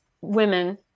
women